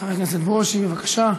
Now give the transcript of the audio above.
חבר הכנסת ברושי, בבקשה.